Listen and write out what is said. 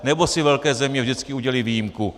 Nebo si velké země vždycky udělí výjimku?